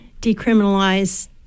decriminalize